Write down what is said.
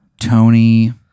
tony